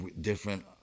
different